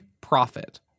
profit